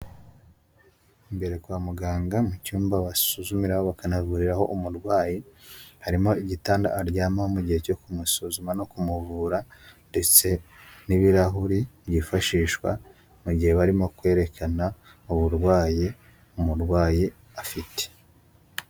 Imbere kwa muganga mu cyumba basuzumiraho bakanavuriraho umurwayi, harimo igitanda aryamaho mu gihe cyo kumusuzuma no kumuvura ndetse n'ibirahuri byifashishwa mu gihe barimo kwerekana uburwayi umurwayi afite.